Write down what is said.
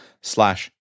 slash